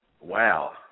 wow